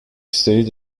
stayed